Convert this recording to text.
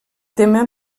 tema